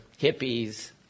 hippies